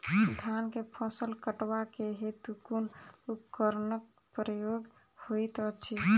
धान केँ फसल कटवा केँ हेतु कुन उपकरणक प्रयोग होइत अछि?